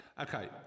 Okay